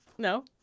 No